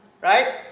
right